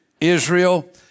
Israel